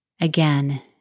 Again